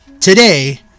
today